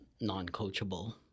non-coachable